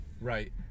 right